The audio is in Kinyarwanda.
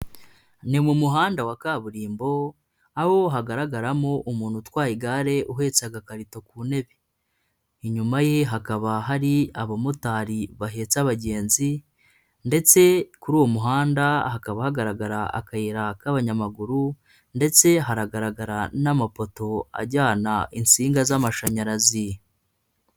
Ni mu muhanda wa kaburimbo abo hagaragaramo umuntu utwaye igare uhetse agakarito ku ntebe, inyuma ye hakaba hari abamotari bahetse abagenzi, ndetse kuri uwo muhanda hakaba hagaragara akayira k'abanyamaguru, ndetse haragaragara n'amapoto ajyana insinga z'amashanyarazi.